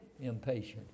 impatient